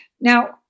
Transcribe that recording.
Now